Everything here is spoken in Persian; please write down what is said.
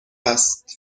است